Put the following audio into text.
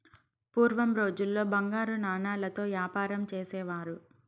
పూర్వం రోజుల్లో బంగారు నాణాలతో యాపారం చేసేవారు